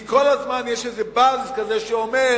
כי כל הזמן יש איזה "באז" כזה שאומר: